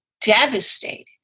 devastated